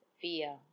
fear